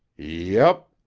yep.